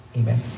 Amen